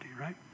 right